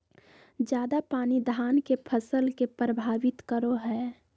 ज्यादा पानी धान के फसल के परभावित करो है?